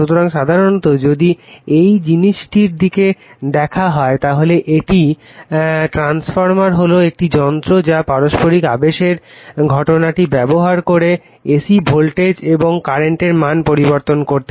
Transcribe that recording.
সুতরাং সাধারণত যদি এই জিনিসটির দিকে দেখা হয় তাহলে একটি ট্রান্সফরমার হল একটি যন্ত্র যা পারস্পরিক আবেশের ঘটনাটি ব্যবহার করে AC ভোল্টেজ এবং কারেন্টের মান পরিবর্তন করতে